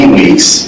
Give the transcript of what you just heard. weeks